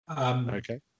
Okay